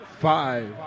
five